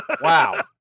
Wow